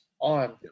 on